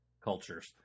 cultures